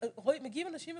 מגיעים אנשים מבוגרים,